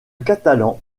catalan